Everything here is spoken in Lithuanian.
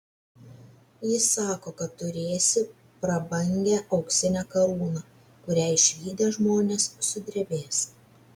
jis sako kad turėsi prabangią auksinę karūną kurią išvydę žmonės sudrebės